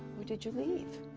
or did you leave?